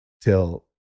till